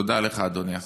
תודה לך, אדוני השר.